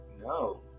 No